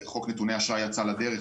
כשחוק נתוני אשראי יצא לדרך,